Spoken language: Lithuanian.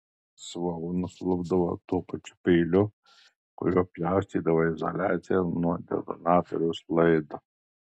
svogūnus lupdavo tuo pačiu peiliu kuriuo pjaustydavo izoliaciją nuo detonatoriaus laido